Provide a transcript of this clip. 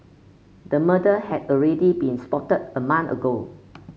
the murder had already been spotted a month ago